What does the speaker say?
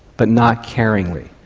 but not caringly.